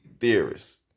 theorists